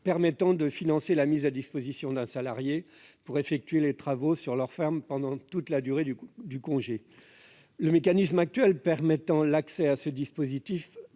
permettant de financer la mise à disposition d'un salarié pour effectuer les travaux sur leur ferme durant toute la durée du congé. Le mécanisme actuel permettant l'accès à ce dispositif